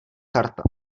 karta